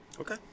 Okay